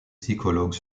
psychologues